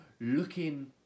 looking